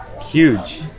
Huge